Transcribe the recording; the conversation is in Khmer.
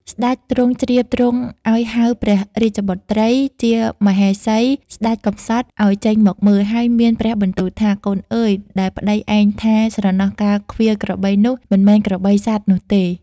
ស្តេចទ្រង់ជ្រាបទ្រង់អោយហៅព្រះរាជបុត្រីជាមហេសីស្តេចកំសត់អោយចេញមកមើល ហើយមានព្រះបន្ទូលថា “កូនអើយដែលប្តីឯងថា ស្រណោះកាលឃ្វាលក្របីនោះ មិនមែនក្របីសត្វនោះទេ។